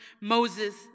Moses